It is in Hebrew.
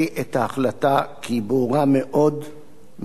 כי היא ברורה מאוד מעצם הניסוח שלה.